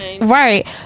Right